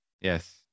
Yes